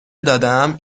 دادم